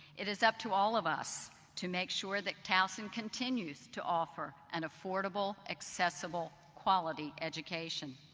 it is up to all of us to make sure that towson continues to offer an affordable, accessible, quality education.